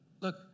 Look